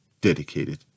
dedicated